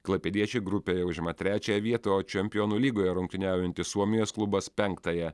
klaipėdiečiai grupėje užima trečiąją vietą o čempionų lygoje rungtyniaujanti suomijos klubas penktąją